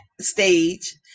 stage